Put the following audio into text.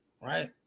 right